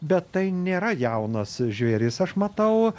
bet tai nėra jaunas žvėris aš matau